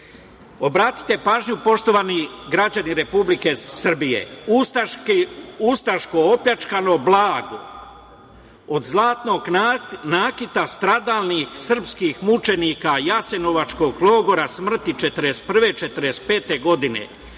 srpskom. Obratite pažnju, poštovani građani Republike Srbije, ustaško opljačkano blago od zlatnog nakita stradalnih srpskih mučenika jasenovačkog logora smrti 1941-1945. godine,